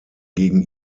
gegen